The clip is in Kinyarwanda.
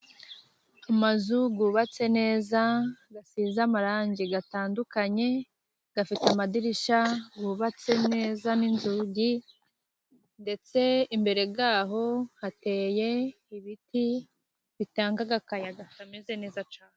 Amazu yubatse neza asize amarangi atandukanye. Afite amadirishya yubatse neza n'inzugi ndetse imbere yayo hateye ibiti bitanga akayaga kameze neza.